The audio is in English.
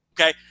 Okay